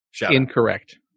Incorrect